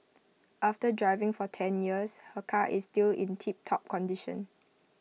after driving for ten years her car is still in tiptop condition